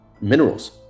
minerals